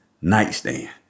nightstand